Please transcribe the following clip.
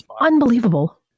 Unbelievable